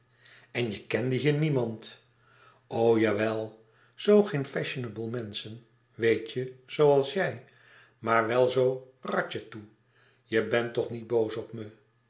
en je kende hier niemand o jawel zoo geen fashionable menschen weet je zooals jij maar wel zoo ratje toe je bent toch niet boos op me